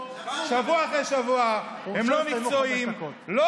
בבניין להצביע בעד חוק-יסוד: ההגירה.